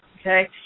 Okay